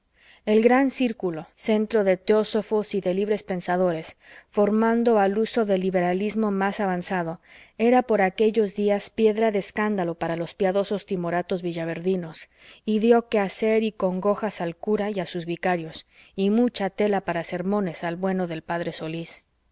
el gran círculo centro de teósofos y de libres pensadores formando al uso del liberalismo más avanzado era por aquellos días piedra de escándalo para los piadosos timoratos villaverdinos y dió quehacer y congojas al cura y a sus vicarios y mucha tela para sermones al bueno del p solís